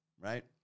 Right